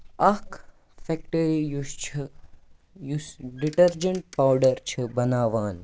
اکھ فیکٔٹٔری یُس چھِ یُس ڈِٹرجینٹ پاوڈر چھ بَناوان